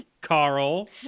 Carl